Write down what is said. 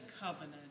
covenant